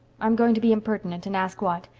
i'm going to be impertinent and ask what.